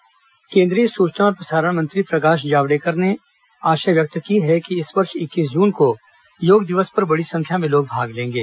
जावड़ेकर योग सूचना और प्रसारण मंत्री प्रकाश जावड़ेकर ने आशा व्यक्त की है कि इस वर्ष इक्कीस जून को योग दिवस पर बड़ी संख्या में लोग भाग लेंगे